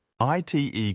ITE